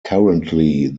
currently